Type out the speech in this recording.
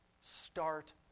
start